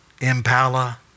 Impala